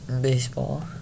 Baseball